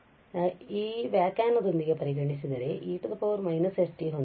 ಆದ್ದರಿಂದ ನಾವು ವ್ಯಾಖ್ಯಾನದೊಂದಿಗೆ ಪರಿಗಣಿಸಿದರೆ ನಾವು e −st